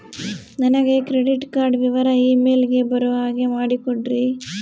ನನಗೆ credit card ವಿವರ email ಗೆ ಬರೋ ಹಾಗೆ ಮಾಡಿಕೊಡ್ರಿ?